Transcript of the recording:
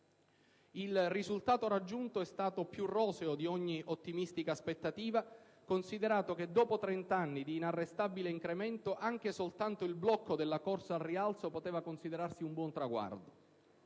Il risultato raggiunto è stato più roseo di ogni ottimistica aspettativa, considerato che dopo trent'anni di inarrestabile incremento anche soltanto il blocco della corsa al rialzo poteva considerarsi un buon traguardo.